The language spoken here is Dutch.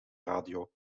radio